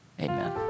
Amen